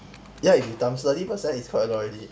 ya if you times thirty percent is quite a lot already